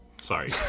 sorry